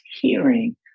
hearing